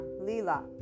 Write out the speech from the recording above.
Lila